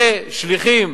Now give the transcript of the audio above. כשליחים